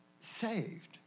saved